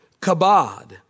Kabod